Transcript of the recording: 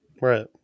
Right